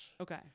Okay